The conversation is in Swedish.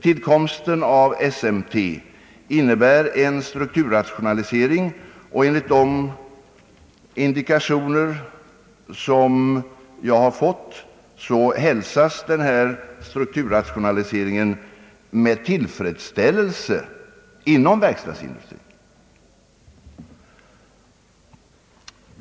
Tillkomsten av SMT innebär en strukturrationalisering, och enligt de indikationer jag har fått hälsas denna strukturrationalisering med tillfredsställelse inom verkstadsindustrin.